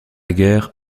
guerre